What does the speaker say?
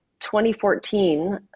2014